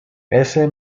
ese